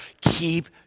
Keep